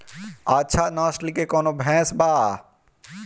अच्छा नस्ल के कौन भैंस बा?